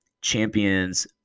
champions